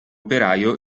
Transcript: operaio